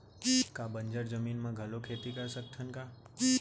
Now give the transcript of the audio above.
का बंजर जमीन म घलो खेती कर सकथन का?